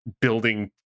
building